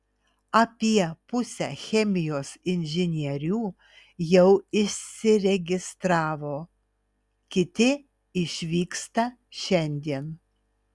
apie pusę chemijos inžinierių jau išsiregistravo kiti išvyksta šiandien